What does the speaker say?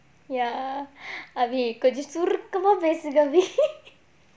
ya erby கொஞ்சம் சுருக்கமா பேசு:konjam surukkamaa pesu